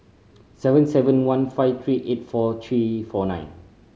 seven seven one five three eight four three four nine